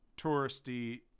touristy